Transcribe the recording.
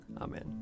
Amen